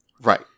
Right